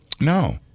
No